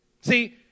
See